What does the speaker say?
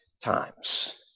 times